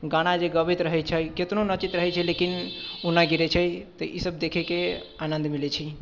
गाना जे गबैत रहै छै केतनो नचैत रहै छै लेकिन उ नहि गिरै छै तऽ ई सब देखैके आनन्द मिलै छै